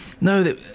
No